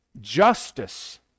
justice